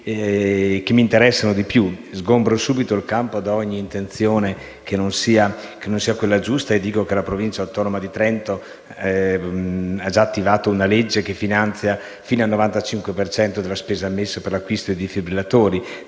che mi interessano di più. Sgombro subito il campo da ogni intenzione che non sia quella giusta e dico che la Provincia autonoma di Trento ha già attivato una legge che finanzia fino al 95 per cento della spesa per l'acquisto di defibrillatori.